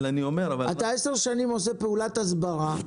כבר עשר שנים אתה עושה פעולת הסברה.